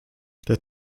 der